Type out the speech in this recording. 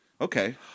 Okay